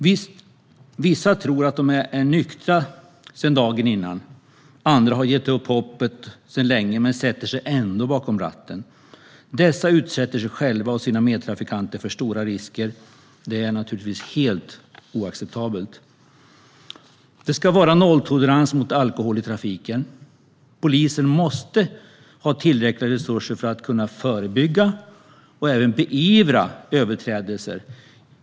Vissa tror att de har nyktrat till sedan dagen före; andra har gett upp det hoppet sedan länge men sätter sig ändå bakom ratten. Dessa förare utsätter sig själva och sina medtrafikanter för stora risker. Det är helt oacceptabelt. Det ska vara nolltolerans mot alkohol i trafiken. Polisen måste ha tillräckliga resurser för att kunna förebygga och även beivra överträdelser.